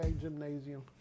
gymnasium